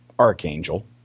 Archangel